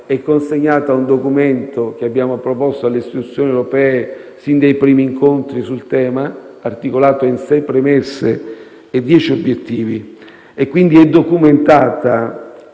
consegnata ad un documento che abbiamo proposto alle istituzioni europee sin dai primi incontri sul tema, articolato in sei premesse e dieci obiettivi. Tale proposta è quindi documentata